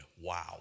wow